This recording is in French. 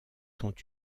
sont